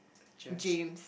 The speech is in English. James